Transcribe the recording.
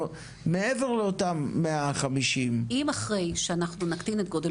מעבר לאותם 150,000. אם אחרי שנקטין את גודל